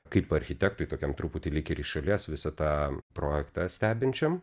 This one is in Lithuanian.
kaip architektui tokiam truputį lyg ir iš šalies visą tą projektą stebinčiam